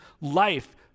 life